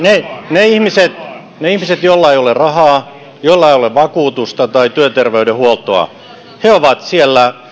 ne ihmiset joilla ei ole rahaa joilla ei ole vakuutusta tai työterveydenhuoltoa ovat siellä